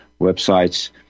websites